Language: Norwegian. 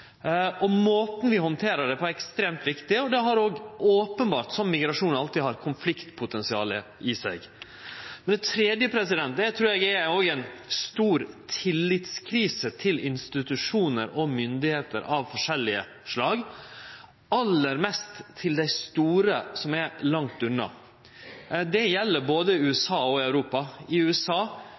Måten vi handterer det på, er ekstremt viktig. Det har openbert – slik migrasjon alltid har – òg eit konfliktpotensial i seg. Det tredje trur eg er ein stor tillitskrise retta mot institusjonar og myndigheiter av forskjellige slag – aller mest dei store som er langt unna. Det gjeld både i USA og i Europa. I USA